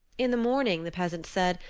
in the morning, the peasant said,